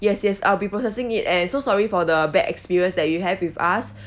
yes yes I'll be processing it and so sorry for the bad experience that you have with us